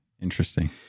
Interesting